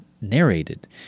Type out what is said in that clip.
narrated